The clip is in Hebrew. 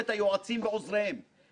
תודה לפרופסור אשר בלס,